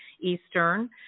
Eastern